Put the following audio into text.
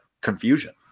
confusion